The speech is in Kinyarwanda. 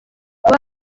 kuba